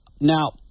Now